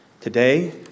today